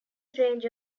range